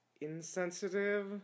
insensitive